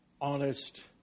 honest